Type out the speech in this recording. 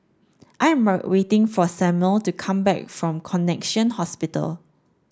I am waiting for Samuel to come back from Connexion Hospital